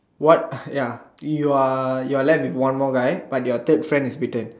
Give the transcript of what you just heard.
what ya you are you are left with one more guy but your third friend is bitten